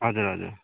हजुर हजुर